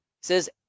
says